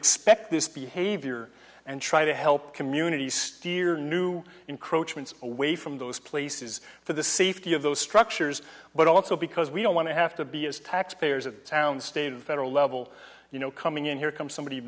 expect this behavior and try to help communities steer new encroachments away from those places for the safety of those structures but also because we don't want to have to be as taxpayers at town state and federal level you know coming in here come